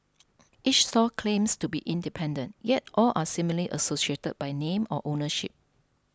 each stall claims to be independent yet all are seemingly associated by name or ownership